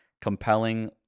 compelling